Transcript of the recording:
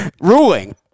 ruling